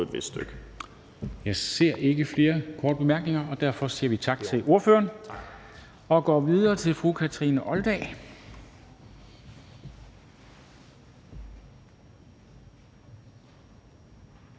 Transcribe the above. Kristensen): Jeg ser ikke flere til korte bemærkninger; derfor siger vi tak til ordføreren og går videre til fru Kathrine Olldag,